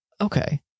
Okay